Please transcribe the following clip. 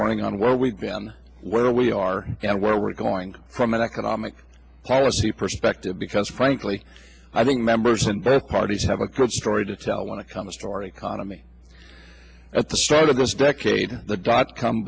running on where we've been where we are and where we're going from an economic policy perspective because frankly i think members and their parties have a good story to tell when it comes to our economy at the start of this decade the dot com